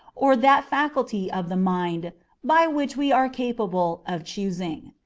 or that faculty of the mind by which we are capable of choosing.